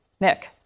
Nick